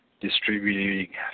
distributing